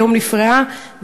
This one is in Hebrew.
היום נפרעה.